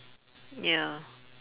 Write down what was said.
ya